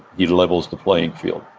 he levels the playing field